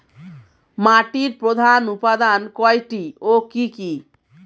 মাটির প্রধান উপাদান কয়টি ও কি কি?